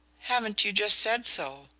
haven't you just said so?